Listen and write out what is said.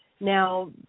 Now